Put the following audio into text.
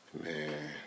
man